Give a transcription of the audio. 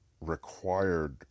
required